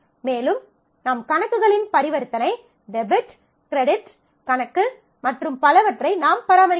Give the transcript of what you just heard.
மேலும் நம் கணக்குகளின் பரிவர்த்தனை டெபிட் கிரெடிட் கணக்கு மற்றும் பலவற்றை நாம் பராமரிக்க வேண்டும்